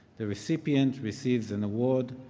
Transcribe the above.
the recipient receives an award,